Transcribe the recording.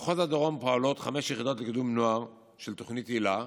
במחוז הדרום פועלות חמש יחידות לקידום נוער של תוכנית היל"ה